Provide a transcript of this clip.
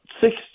six